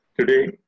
Today